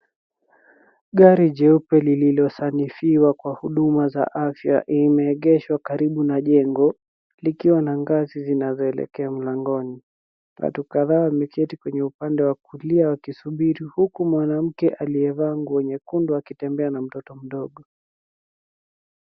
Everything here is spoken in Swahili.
Gari jeupe lililosanifiwa kwa huduma za afya imeegeshwa karibu na jengo, likiwa na ngazi zinazoelekea mlangoni. Watu kadhaa wameketi kwenye upande wa kulia wakisubiri, huku mwanamke aliyevaa nguo nyekundu akitembea na mtoto mdogo.